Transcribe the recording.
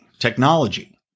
Technology